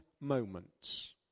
moments